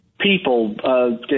people